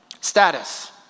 status